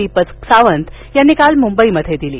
दीपक सावंत यांनी काल मुंबईत दिली